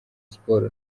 siporo